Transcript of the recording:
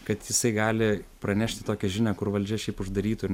kad jisai gali pranešti tokią žinią kur valdžia šiaip uždarytų ir